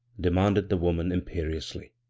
denianded the woman, imperiously.